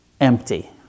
empty